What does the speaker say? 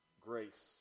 grace